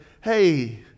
hey